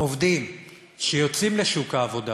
עובדים שיוצאים לשוק העבודה